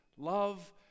Love